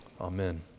Amen